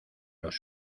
los